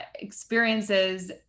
experiences